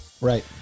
right